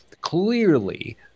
clearly